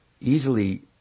easily